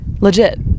Legit